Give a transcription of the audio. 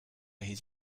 his